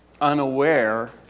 unaware